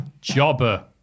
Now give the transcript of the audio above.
Jobber